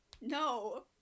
No